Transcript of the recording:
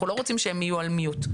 אנחנו לא רוצים שהם יהיו על מיוט.